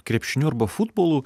krepšiniu arba futbolu